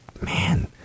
man